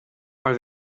are